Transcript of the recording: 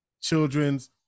children's